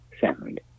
Sound